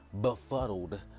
befuddled